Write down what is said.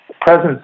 presence